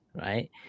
right